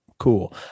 cool